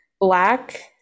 black